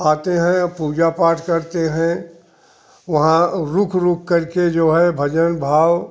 आते हैं पूजा पाठ करते हैं वहाँ रुक रुक करके जो है भजन भाव